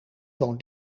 woont